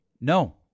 No